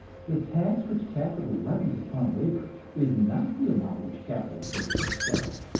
the tax which capital levies upon labor is not the amount which capital takes for itself,